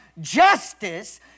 Justice